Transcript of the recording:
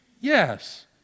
Yes